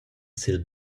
sil